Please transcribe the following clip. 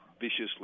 viciously